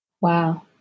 Wow